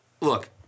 Look